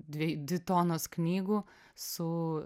dvi dvi tonos knygų su